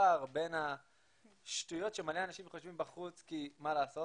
הפער בין השטויות שמלא אנשים חושבים בחוץ כי מה לעשות,